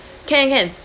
can can